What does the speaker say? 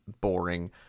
boring